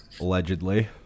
Allegedly